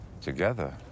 Together